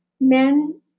men